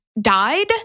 died